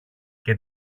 και